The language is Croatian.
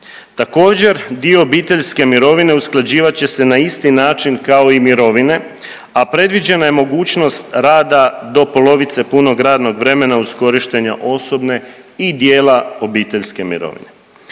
Također, dio obiteljske mirovine usklađivat će se na isti način kao i mirovine, a predviđena je mogućnost rada do polovice punog radnog vremena uz korištenja osobne i dijela obiteljske mirovine.